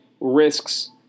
risks